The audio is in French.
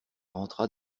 rentra